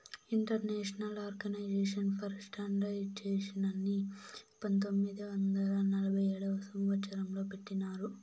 international organisation for స్టాండర్డయిజేషన్ని పంతొమ్మిది వందల నలభై ఏడవ సంవచ్చరం లో పెట్టినారు